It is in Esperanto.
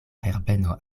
herbeno